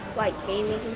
like gaming